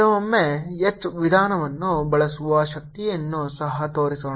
ಕೆಲವೊಮ್ಮೆ H ವಿಧಾನವನ್ನು ಬಳಸುವ ಶಕ್ತಿಯನ್ನು ಸಹ ತೋರಿಸೋಣ